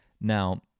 Now